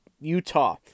Utah